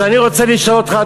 אז אני רוצה לשאול אותך,